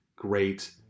great